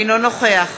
אינו נוכח